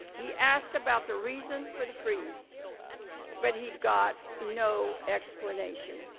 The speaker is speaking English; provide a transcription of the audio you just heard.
he asked about the reason for the freeze but he got no explanation.